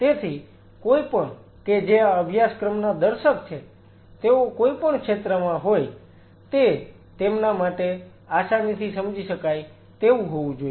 તેથી કોઈપણ કે જે આ અભ્યાસક્રમના દર્શક છે તેઓ કોઈપણ ક્ષેત્રમાં હોય તે તેમના માટે આસાનીથી સમજી શકાય તેવું હોવું જોઈએ